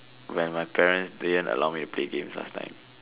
when my parents they didn't allow me to play games last time